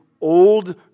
Old